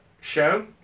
show